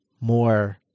more